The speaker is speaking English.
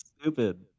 stupid